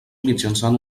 mitjançant